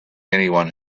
anyone